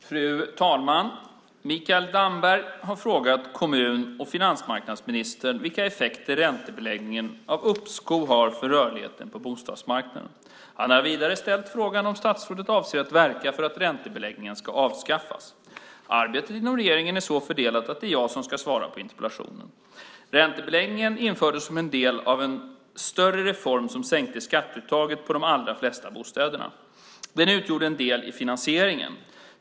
Fru talman! Mikael Damberg har frågat kommun och finansmarknadsministern vilka effekter räntebeläggningen av uppskov har för rörligheten på bostadsmarknaden. Han har vidare ställt frågan om statsrådet avser att verka för att räntebeläggningen ska avskaffas. Arbetet inom regeringen är så fördelat att det är jag som ska svara på interpellationen. Räntebeläggningen infördes som en del i en större reform som sänkte skatteuttaget på de allra flesta bostäder. Den utgjorde en del i finansieringen.